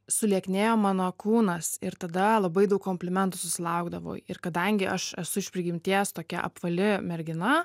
sulieknėjo mano kūnas ir tada labai daug komplimentų susilaukdavau ir kadangi aš esu iš prigimties tokia apvali mergina